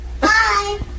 Bye